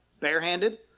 barehanded